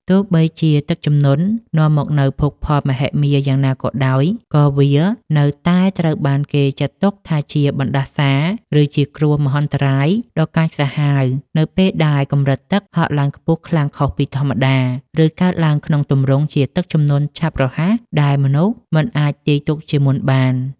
ទោះបីជាទឹកជំនន់នាំមកនូវភោគផលមហិមាយ៉ាងណាក៏ដោយ ក៏វានៅតែត្រូវបានគេចាត់ទុកថាជា បណ្ដាសា ឬជាគ្រោះមហន្តរាយដ៏កាចសាហាវ នៅពេលដែលកម្រិតទឹកហក់ឡើងខ្ពស់ខ្លាំងខុសពីធម្មតា ឬកើតឡើងក្នុងទម្រង់ជាទឹកជំនន់ឆាប់រហ័សដែលមនុស្សមិនអាចទាយទុកជាមុនបាន។